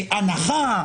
הנחה,